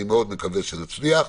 אני מאוד מקווה שנצליח.